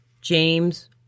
James